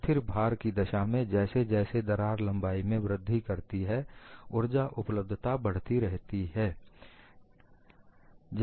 स्थिर भार की दशा में जैसे जैसे दरार लंबाई में वृद्धि करती है ऊर्जा उपलब्धता बढ़ती रहेगी